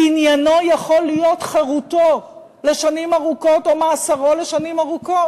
כי עניינו יכול להיות חירותו לשנים ארוכות או מאסרו לשנים ארוכות.